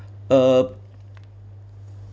uh